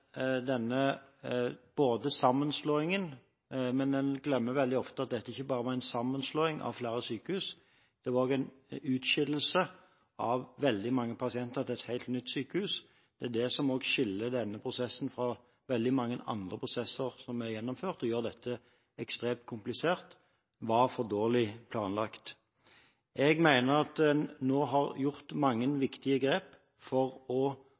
denne sammenslåingen var for dårlig planlagt. En glemmer veldig ofte at dette ikke bare var en sammenslåing av flere sykehus, det var også en utskillelse av veldig mange pasienter til et helt nytt sykehus. Det som også skiller denne prosessen fra veldig mange andre prosesser som er gjennomført, og gjør dette ekstremt komplisert, er at den var for dårlig planlagt. Jeg mener at en nå har gjort mange viktige grep for å